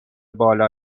بالا